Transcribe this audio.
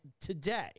today